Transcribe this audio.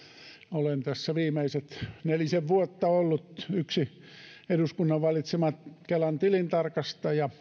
olen tässä viimeiset nelisen vuotta ollut yksi eduskunnan valitsema kelan tilintarkastaja